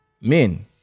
men